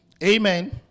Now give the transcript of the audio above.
Amen